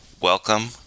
Welcome